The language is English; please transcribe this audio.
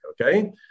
okay